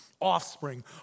offspring